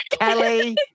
Kelly